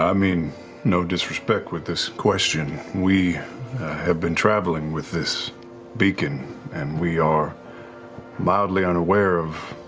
i mean no disrespect with this question. we have been traveling with this beacon and we are mildly unaware of